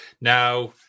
Now